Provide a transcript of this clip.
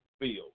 feel